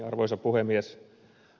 arvoisa puhemies